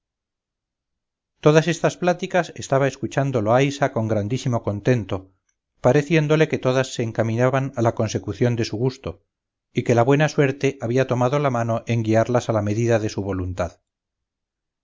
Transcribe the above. todas estas pláticas estaba escuchando loaysa con grandísimo contento pareciéndole que todas se encaminaban a la consecución de su gusto y que la buena suerte había tomado la mano en guiarlas a la medida de su voluntad